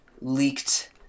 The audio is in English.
leaked